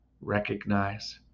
recognize